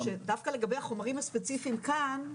אני רוצה להגיד שדווקא לגבי החומרים הספציפיים כאן,